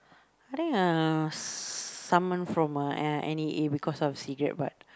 I think uh summons from uh N_E_A because of cigarette butt